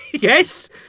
Yes